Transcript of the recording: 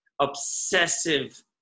obsessive